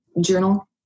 journal